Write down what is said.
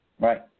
Right